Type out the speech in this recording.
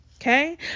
Okay